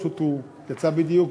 פשוט הוא יצא בדיוק.